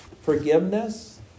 forgiveness